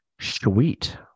Sweet